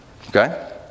Okay